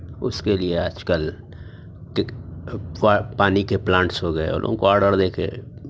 اس کے لیے آج کل پانی کے پلانٹس ہو گئے اور ان لوگوں کو آرڈر دے کے